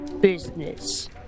business